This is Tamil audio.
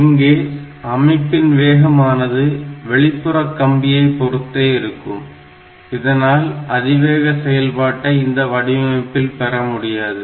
இங்கே அமைப்பின் வேகமானது வெளிப்புற கம்பியை பொறுத்து இருக்கும் இதனால் அதிவேக செயல்பாட்டை இந்த வடிவமைப்பில் பெறமுடியாது